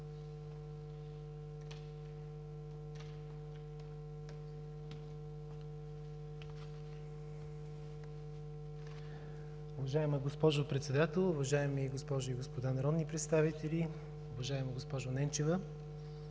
Уважаема госпожо Председател, уважаеми госпожи и господа народни представители, уважаеми господин